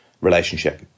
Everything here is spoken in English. relationship